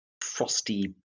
frosty